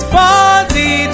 body